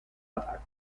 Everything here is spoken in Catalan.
atac